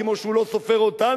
כמו שהוא לא סופר אותנו,